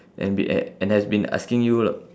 and be at and has been asking you lo~